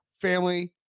family